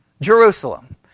Jerusalem